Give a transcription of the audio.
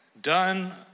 Done